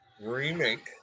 remake